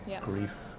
grief